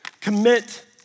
Commit